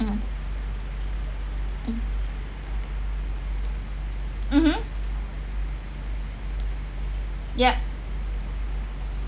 mmhmm yup